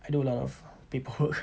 I do a lot of paperwork